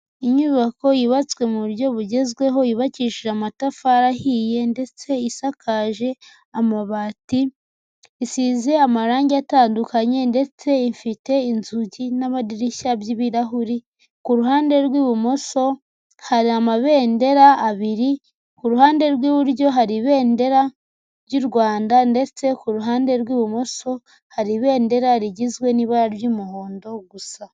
Inyubako yubatswe mu buryo bugezweho yubakishije amatafari ahiye ndetse isakaje amabati, isize amarangi atandukanye ndetse ifite inzugi n'amadirishya by'ibirahuri, ku ruhande rw'ibumoso hari amabendera abiri, ku ruhande rw'iburyo hari ibendera ry'u Rwanda, ndetse ku ruhande rw'ibumoso hari ibendera rigizwe n'ibara ry'umuhondo gusa.